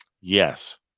Yes